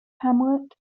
hamlet